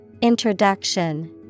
Introduction